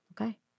Okay